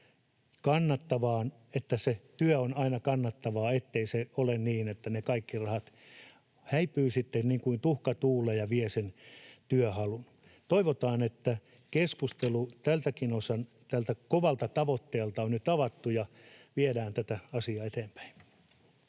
että se työ on aina kannattavaa, ettei se ole niin, että ne kaikki rahat häipyvät niin kuin tuhka tuuleen ja se vie työhalun. Toivotaan, että keskustelu tältäkin osin tästä kovasta tavoitteesta on nyt avattu ja viedään tätä asiaa eteenpäin.